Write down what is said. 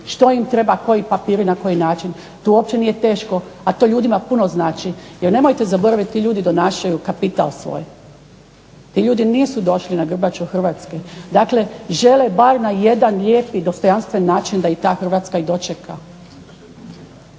što im sve treba koji papiri i što. To ljudima puno znači jer nemojte zaboraviti ti ljudi donašaju kapital svoj, ti ljudi nisu došli na grbaču Hrvatske. Dakle, žele bar na jedan lijep i dostojanstven način da ih Hrvatska dočeka.